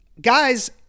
Guys